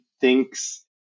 thinks